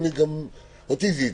גם אותי זה הטריד.